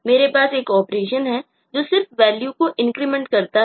मेरे पास एक ऑपरेशन है जो सिर्फ वैल्यू करता है